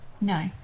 no